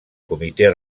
comitè